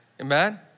Amen